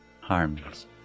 harmless